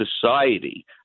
society